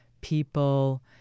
people